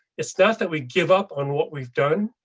it's not that we give up on what we've done,